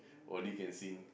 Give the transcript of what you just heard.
only can sing